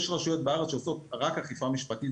יש רשויות בארץ שעושות רק אכיפה משפטית,